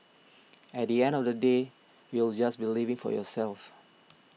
at the end of the day you'll just be living for yourself